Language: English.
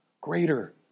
greater